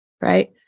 Right